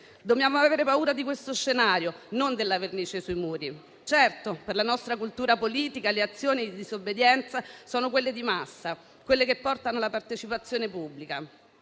Dobbiamo avere paura di questo scenario, non della vernice sui muri. Certo, per la nostra cultura politica, le azioni di disobbedienza sono quelle di massa, quelle che portano alla partecipazione pubblica,